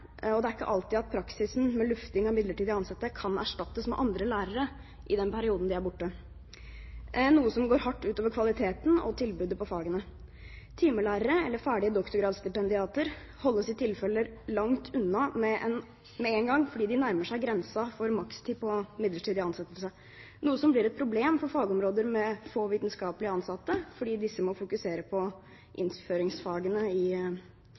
og det er ikke alltid at praksisen med lufting av midlertidig ansatte kan erstattes med andre lærere i den perioden de er borte, noe som går hardt ut over kvaliteten og tilbudet på fagene. Timelærere eller ferdige doktorgradsstipendiater holdes i tilfeller langt unna med en gang fordi de nærmer seg grensen for makstid på midlertidig ansettelse, noe som blir et problem for fagområder med få vitenskapelige ansatte fordi disse må fokusere på